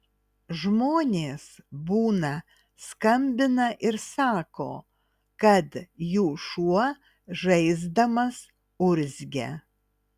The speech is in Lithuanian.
žmonės būna skambina ir sako kad jų šuo žaisdamas urzgia